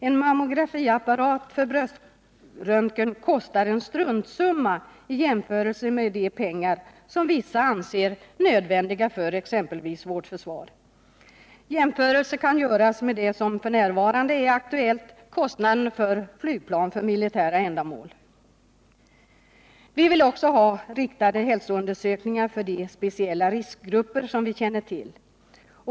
En mammografiapparat för bröströntgen kostar en struntsumma i jämförelse med de pengar som vissa anser vara nödvändiga för exempelvis vårt försvar. Jämförelsen kan göras med det som f.n. är aktuellt: kostnaden för flygplan för militära ändamål. Vi vill också ha riktade hälsoundersökningar för de speciella riskgrupper som vi känner till.